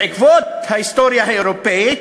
בעקבות ההיסטוריה האירופית,